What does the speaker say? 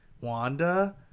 Wanda